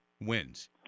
wins